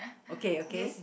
okay okay